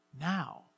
now